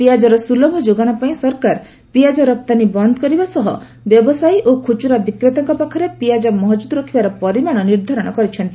ପିଆଜର ସୁଲଭ ଯୋଗାଣ ପାଇଁ ସରକାର ପିଆଜ ରପ୍ତାନୀ ବନ୍ଦ କରିବା ସହ ବ୍ୟବସାୟୀ ଓ ଖୁଚୁରା ବିକ୍ରେତାଙ୍କ ପାଖରେ ପିଆଜ ମହକ୍ରୁଦ ରଖିବାର ପରିମାଣ ନିର୍ଦ୍ଧାରଣ କରିଛନ୍ତି